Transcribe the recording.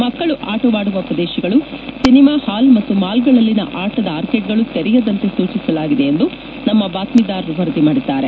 ಮಕ್ಕಳು ಆಟವಾಡುವ ಪ್ರದೇಶಗಳು ಸಿನೆಮಾ ಹಾಲ್ ಮತ್ತು ಮಾಲ್ಗಳಲ್ಲಿನ ಆಟದ ಆರ್ಕೇಡ್ಗಳು ತೆರೆಯದಂತೆ ಸೂಚಿಸಲಾಗಿದೆ ಎಂದು ನಮ್ಮ ಬಾತ್ಮೀದಾರರು ವರದಿ ಮಾಡಿದ್ದಾರೆ